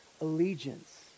allegiance